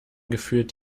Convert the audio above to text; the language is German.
gefühlt